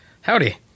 Howdy